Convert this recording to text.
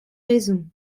raisons